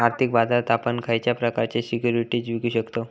आर्थिक बाजारात आपण खयच्या प्रकारचे सिक्युरिटीज विकु शकतव?